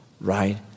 Right